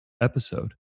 episode